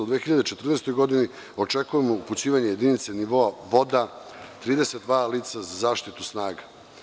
U 2014. godini očekujemo upućivanje jedinice nivoa „voda“ 32 lica za zaštitu snaga.